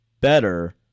better